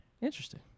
Interesting